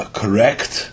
correct